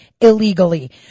illegally